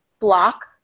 block